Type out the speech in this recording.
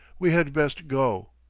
we had best go.